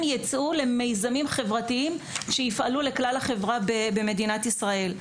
ייצאו למיזמים חברתיים שיפעלו לכלל החברה במדינת ישראל.